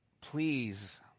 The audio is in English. please